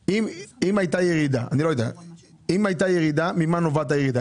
אם הייתה ירידה, ממה נובעת הירידה?